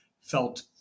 Felt